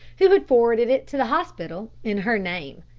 who had forwarded it to the hospital in her name.